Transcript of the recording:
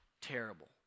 terrible